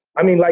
i mean, like